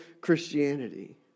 Christianity